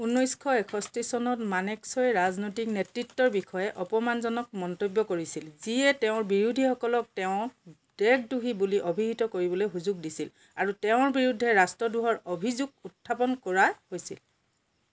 ঊনৈছশ এষষ্ঠি চনত মানেকশ্বই ৰাজনৈতিক নেতৃত্বৰ বিষয়ে অপমানজনক মন্তব্য কৰিছিল যিয়ে তেওঁৰ বিৰোধীসকলক তেওঁক দেশদ্ৰোহী বুলি অভিহিত কৰিবলৈ সুযোগ দিছিল আৰু তেওঁৰ বিৰুদ্ধে ৰাষ্ট্ৰদ্ৰোহৰ অভিযোগ উত্থাপন কৰা হৈছিল